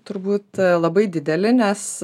turbūt labai didelį nes